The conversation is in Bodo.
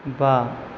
बा